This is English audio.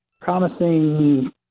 promising